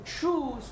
choose